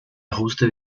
ajuste